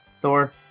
Thor